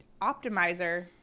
optimizer